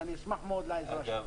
ואני אשמח מאוד לעזרה שלך.